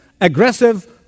aggressive